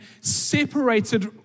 separated